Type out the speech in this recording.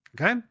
okay